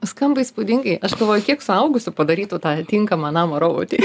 skamba įspūdingai aš galvoju kiek suaugusių padarytų tą tinkamą namą robotei